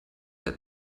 der